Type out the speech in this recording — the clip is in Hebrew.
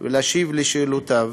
ולהשיב על שאלותיו.